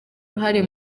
uruhare